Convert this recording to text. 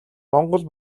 монгол